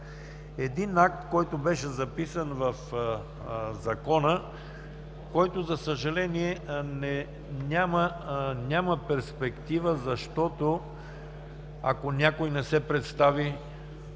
един акт, който беше записан в Закона, който, за съжаление, няма перспектива, защото, ако някой не се представи